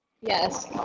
Yes